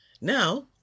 Now